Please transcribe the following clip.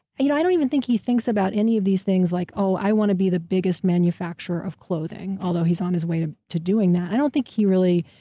i you know i don't even think he thinks about any of these things like, oh, i want to be the biggest manufacturer of clothing, although he's on his way to to doing that. i don't think he really,